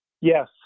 Yes